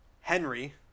Henry